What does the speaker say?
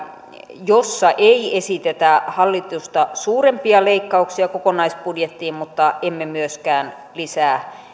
jossa ei esitetä hallitusta suurempia leikkauksia kokonaisbudjettiin mutta emme myöskään lisää